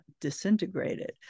disintegrated